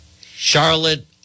Charlotte